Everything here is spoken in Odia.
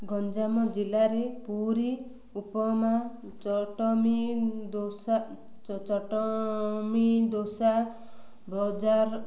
ଗଞ୍ଜାମ ଜିଲ୍ଲାରେ ପୁରୀ ଉପମା ଚଟଣୀ ଦୋସା ଚଟଣୀ ଦୋସା ବଜାର